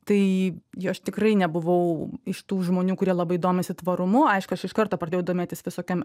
tai jau aš tikrai nebuvau iš tų žmonių kurie labai domisi tvarumu aišku aš iš karto pradėjau dometis visokiom